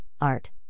art